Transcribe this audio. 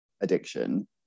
addiction